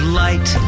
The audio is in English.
light